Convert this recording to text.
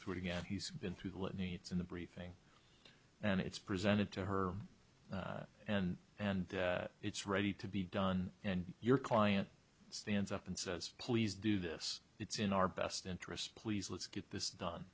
through it again he's been through the litany it's in the briefing and it's presented to her and and it's ready to be done and your client stands up and says please do this it's in our best interest please let's get this done